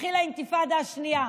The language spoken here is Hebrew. התחילה האינתיפאדה השנייה.